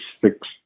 six